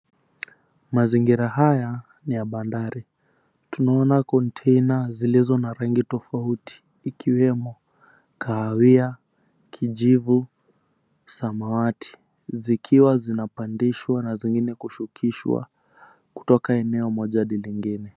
Mazingira haya ni ya bandari. Tunaona kontena zilizo na rangi tofauti ikiwemo kahawia, kijivu, samawati. Zikiwa zinapandishwa na zingine kushushwa kutoka eneo moja hadi lingine.